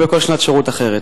או בכל שנת שירות אחרת.